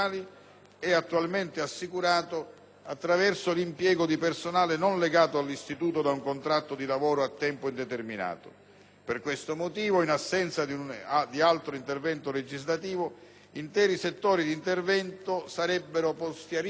è attualmente assicurato attraverso l'impiego di personale non legato all'Istituto da un contratto di lavoro a tempo indeterminato; per questo motivo, in assenza di un intervento legislativo, interi settori di intervento sarebbero posti a rischio